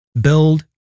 build